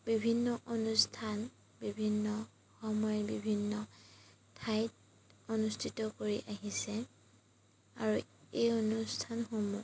বিভিন্ন অনুষ্ঠান বিভিন্ন সময় বিভিন্ন ঠাইত অনুষ্ঠিত কৰি আহিছে আৰু এই অনুষ্ঠানসমূহ